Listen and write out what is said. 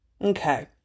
Okay